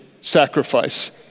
sacrifice